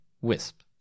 Wisp